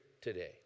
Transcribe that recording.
today